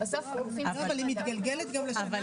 כי אחרת אנחנו מאוד פוגעים בוודאות.